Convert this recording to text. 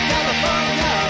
California